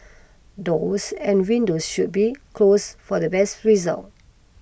doors and windows should be close for the best result